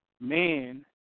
man